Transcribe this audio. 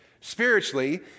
spiritually